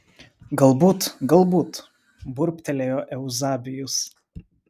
galbūt galbūt burbtelėjo euzebijus